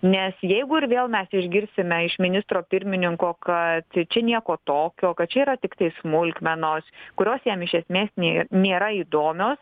nes jeigu ir vėl mes išgirsime iš ministro pirmininko kad čia nieko tokio kad čia yra tiktai smulkmenos kurios jam iš esmės nė nėra įdomio